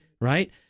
Right